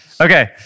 Okay